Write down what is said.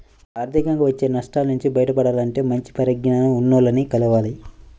ఆర్థికంగా వచ్చే నష్టాల నుంచి బయటపడాలంటే మంచి పరిజ్ఞానం ఉన్నోల్లని కలవాలి